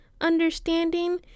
understanding